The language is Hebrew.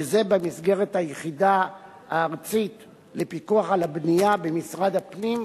וזה במסגרת היחידה הארצית לפיקוח על הבנייה במשרד הפנים,